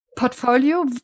Portfolio